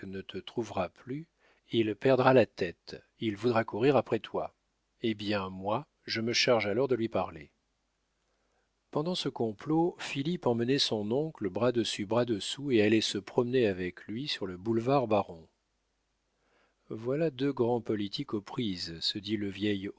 ne te trouvera plus il perdra la tête il voudra courir après toi eh bien moi je me charge alors de lui parler pendant ce complot philippe emmenait son oncle bras dessus bras dessous et allait se promener avec lui sur le boulevard baron voilà deux grands politiques aux prises se dit le vieil